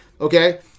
Okay